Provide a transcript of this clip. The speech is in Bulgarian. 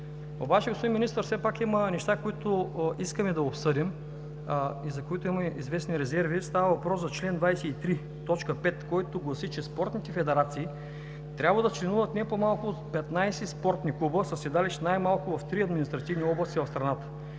Обаче, господин Министър, все пак има неща, които искаме да обсъдим и за които имаме известни резерви. Става въпрос за чл. 23, т. 5, който гласи, че в спортните федерации трябва да членуват не по-малко от 15 спортни клуба със седалище най-малко в три административни области в страната,